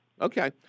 Okay